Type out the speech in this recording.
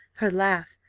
her laugh,